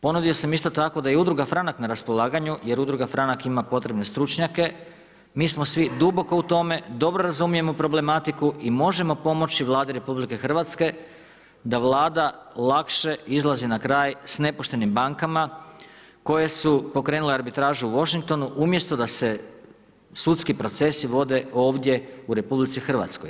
Ponudio sam isto tako da je i udruga Franak na raspolaganju jer udruga Franak ima potrebne stručnjake, mi smo svi duboko u tome, dobro razumijemo problematiku i možemo pomoći Vladi RH da Vlada lakše izlazi na kraj s nepoštenim bankama koje su pokrenule arbitražu u Washingtonu umjesto da se sudski procesi vode ovdje u RH.